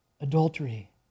Adultery